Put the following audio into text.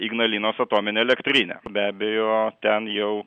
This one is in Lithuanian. ignalinos atominė elektrinė be abejo ten jau